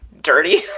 dirty